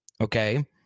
okay